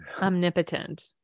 omnipotent